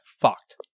fucked